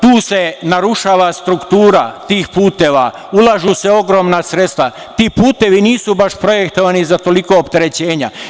Tu se narušava struktura tih puteva, ulažu se ogromna sredstva, ti putevi nisu baš tako projektovani za tolika opterećenja.